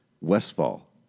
Westfall